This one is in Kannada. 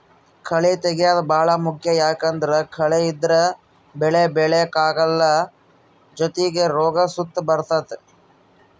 ಕಳೇ ತೆಗ್ಯೇದು ಬಾಳ ಮುಖ್ಯ ಯಾಕಂದ್ದರ ಕಳೆ ಇದ್ರ ಬೆಳೆ ಬೆಳೆಕಲ್ಲ ಜೊತಿಗೆ ರೋಗ ಸುತ ಬರ್ತತೆ